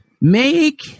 Make